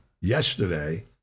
yesterday